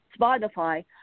Spotify